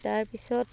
তাৰপিছত